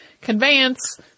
conveyance